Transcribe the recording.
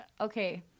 Okay